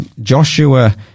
Joshua